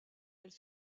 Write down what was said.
elle